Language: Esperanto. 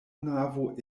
navo